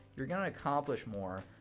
you're gonna accomplish more,